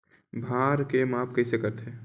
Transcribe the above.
भार के माप कइसे करथे?